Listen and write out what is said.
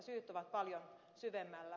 syyt ovat paljon syvemmällä